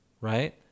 right